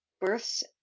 births